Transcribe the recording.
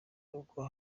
uko